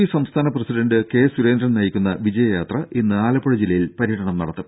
P സംസ്ഥാന president K Surendran നയിക്കുന്ന വിജയയാത്ര ഇന്ന് ആലപ്പുഴ ജില്ലയിൽ പര്യടനം നടത്തും